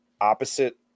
opposite